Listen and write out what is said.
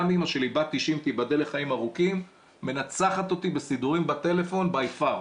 גם אמא שלי שהיא בת 90 מנצחת אותי בסידורים בטלפון by far.